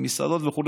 מסעדות וכו'.